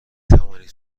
توانید